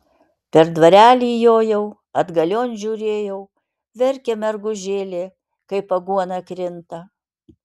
per dvarelį jojau atgalion žiūrėjau verkia mergužėlė kaip aguona krinta